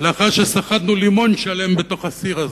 לאחר שסחטנו לימון שלם לתוך הסיר,